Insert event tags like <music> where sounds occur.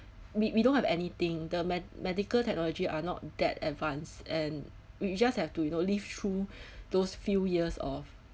we we don't have anything the med~ medical technology are not that advance and we just have to you know live through <breath> those few years of